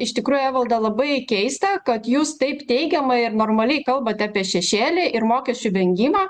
iš tikrųjų evalda labai keista kad jūs taip teigiamai ir normaliai kalbat apie šešėlį ir mokesčių vengimą